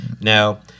Now-